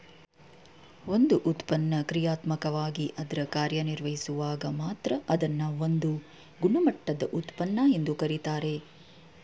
ಒಂದು ಉತ್ಪನ್ನ ಕ್ರಿಯಾತ್ಮಕವಾಗಿ ಅದ್ರ ಕಾರ್ಯನಿರ್ವಹಿಸುವಾಗ ಮಾತ್ರ ಅದ್ನ ಒಂದು ಗುಣಮಟ್ಟದ ಉತ್ಪನ್ನ ಎಂದು ಕರೆಯುತ್ತಾರೆ